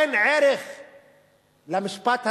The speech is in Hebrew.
אין ערך למשפט הזה?